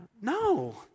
No